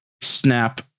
snap